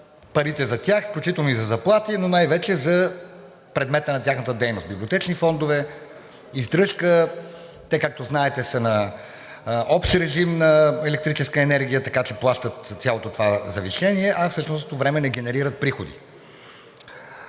парите за тях, включително и за заплати, но най-вече за предмета на тяхната дейност – библиотечни фондове, издръжка. Те, както знаете, са на общ режим на електрическа енергия, така че плащат цялото това завишение, а в същото време не генерират приходи.